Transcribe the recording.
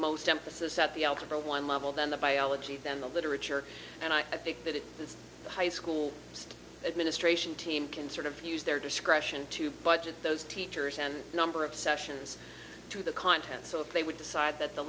most emphasis at the algebra one level then the biology then the literature and i think that if it's a high school administration team can sort of use their discretion to budget those teachers and number of sessions to the content so they would decide that the